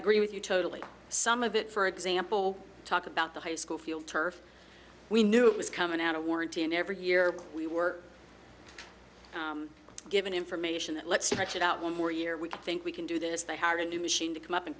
agree with you totally some of it for example talk about the high school field turf we knew it was coming out of warranty and every year we were given information let's stretch it out one more year we think we can do this the how to do machine to come up and